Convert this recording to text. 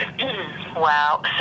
Wow